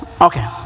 Okay